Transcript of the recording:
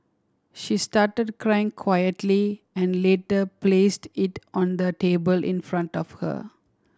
she started crying quietly and later placed it on the table in front of her